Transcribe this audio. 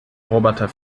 roboter